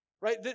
Right